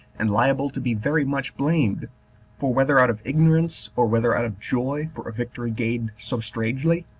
and liable to be very much blamed for, whether out of ignorance or whether out of joy for a victory gained so strangely,